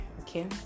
Okay